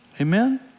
Amen